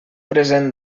present